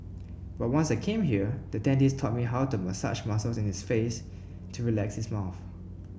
but once I came here the dentist taught me how to massage muscles in his face to relax his mouth